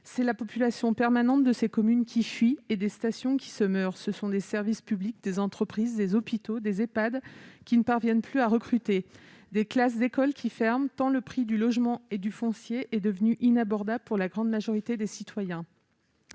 c'est la population permanente de ces communes qui fuit et des stations qui se meurent. Ce sont des services publics, des entreprises, des hôpitaux, des Ehpad qui ne parviennent plus à recruter, des classes d'écoles qui ferment, tant le prix du logement et du foncier devient inabordable pour la grande majorité des citoyens.